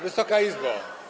Wysoka Izbo!